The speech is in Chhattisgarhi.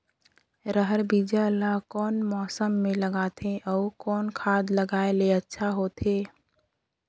रहर बीजा ला कौन मौसम मे लगाथे अउ कौन खाद लगायेले अच्छा होथे?